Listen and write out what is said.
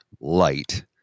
light